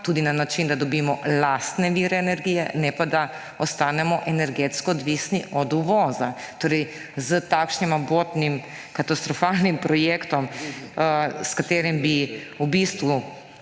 tudi na način, da dobimo lastne vire energije; ne pa da ostanemo energetsko odvisni od uvoza. S takšnim abotnim, katastrofalnim projektom bi v bistvu